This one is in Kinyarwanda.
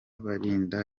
barinda